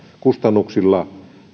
kustannuksilla